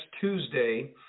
Tuesday